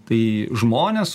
tai žmonės